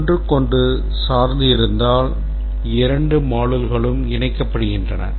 ஒன்றுக்கொன்று சார்ந்து இருந்தால் இரண்டு modulesகளும் இணைக்கப்படுகின்றன